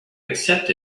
accept